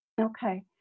Okay